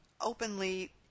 openly